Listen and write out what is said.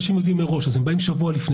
אנשים יודעים מראש ולכן הם באים שבוע לפני